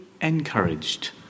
encouraged